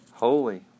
Holy